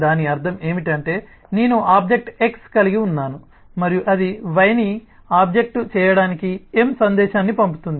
దాని అర్థం ఏమిటంటే నేను ఆబ్జెక్ట్ X కలిగి ఉన్నాను మరియు అది Y ని ఆబ్జెక్ట్ చేయడానికి M సందేశాన్ని పంపుతుంది